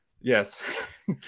Yes